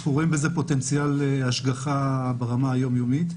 אנחנו רואים בזה פוטנציאל השגחה ברמה היומיומית.